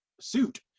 suit